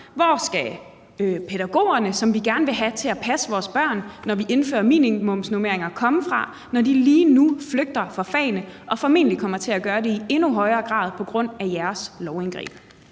Hvor skal pædagogerne, som vi gerne vil have til at passe vores børn, når vi indfører minimumsnormeringer, komme fra, når de lige nu flygter fra fagene og formentlig kommer til at gøre det i endnu højere grad på grund af jeres lovindgreb?